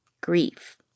grief